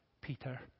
Peter